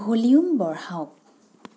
volume বঢ়াওক